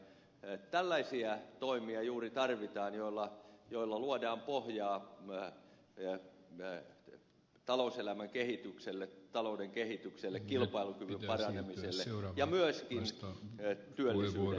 tarvitaan juuri tällaisia toimia joilla luodaan pohjaa talouselämän kehitykselle talouden kehitykselle kilpailukyvyn paranemiselle ja myöskin työllisyyden paranemiselle